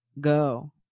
go